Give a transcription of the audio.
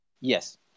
Yes